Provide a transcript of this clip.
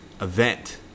event